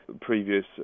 Previous